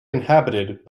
inhabited